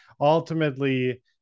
ultimately